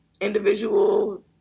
individual